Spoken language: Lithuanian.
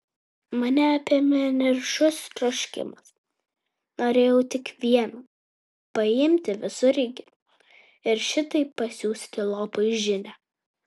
mane apėmė niršus troškimas norėjau tik vieno paimti visureigį ir šitaip pasiųsti lopui žinią